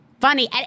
funny